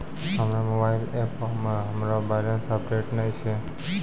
हमरो मोबाइल एपो मे हमरो बैलेंस अपडेट नै छै